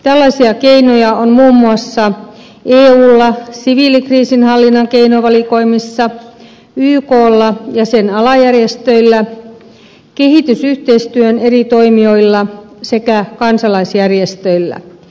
tällaisia keinoja on muun muassa eulla siviilikriisinhallinnan keinovalikoimissa yklla ja sen alajärjestöillä kehitysyhteistyön eri toimijoilla sekä kansalaisjärjestöillä